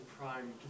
prime